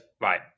right